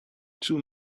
two